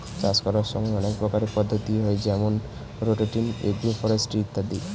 চাষ করার সময় অনেক প্রকারের পদ্ধতি হয় যেমন রোটেটিং, এগ্রো ফরেস্ট্রি ইত্যাদি